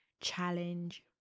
challenge